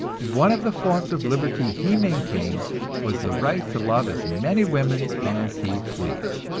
one of the forms of liberty he maintained was the right to love as many women as he pleased,